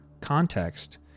context